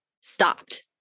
stopped